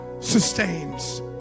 sustains